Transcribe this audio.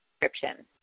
description